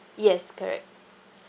yes correct